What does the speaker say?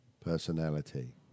personality